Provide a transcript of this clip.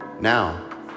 Now